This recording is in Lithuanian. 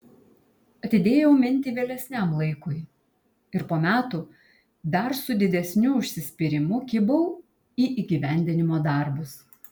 atidėjau mintį vėlesniam laikui ir po metų dar su didesniu užsispyrimu kibau į įgyvendinimo darbus